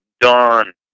dawn